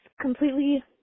completely